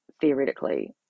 theoretically